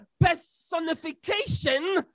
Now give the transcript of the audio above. personification